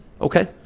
okay